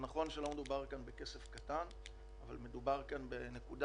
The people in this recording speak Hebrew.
נכון שמדובר כאן בכסף קטן אבל מדובר כאן בנקודה